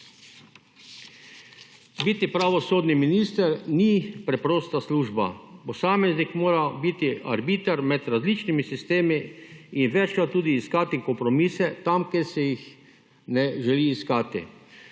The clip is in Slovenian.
Biti pravosodni minister ni preprosta služba. Posameznik mora biti arbiter med različnimi sistemi in večkrat tudi iskati kompromise tam, kjer se jih ne želi iskati.